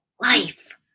Life